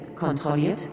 Kontrolliert